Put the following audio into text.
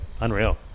Unreal